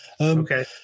Okay